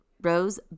Rose